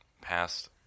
past